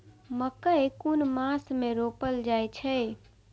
मकेय कुन मास में रोपल जाय छै?